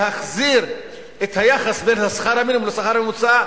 להחזיר את היחס בין שכר המינימום לשכר הממוצע,